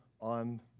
on